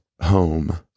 home